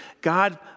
God